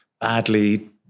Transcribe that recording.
badly